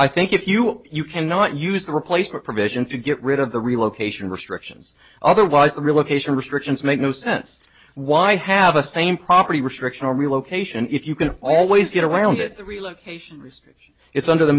i think if you are you cannot use the replacement provision to get rid of the relocation restrictions otherwise the relocation restrictions make no sense why have a same property restriction or relocation if you can always get around this the relocation risk it's under the